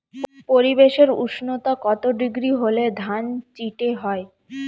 পরিবেশের উষ্ণতা কত ডিগ্রি হলে ধান চিটে হয়?